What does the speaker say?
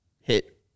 hit